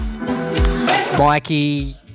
Mikey